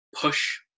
push